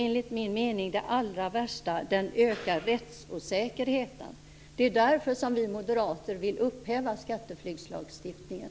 Enligt min mening är det allra värsta att den ökar rättsosäkerheten. Det är därför som vi moderater vill upphäva skatteflyktslagstiftningen.